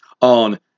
on